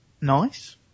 Nice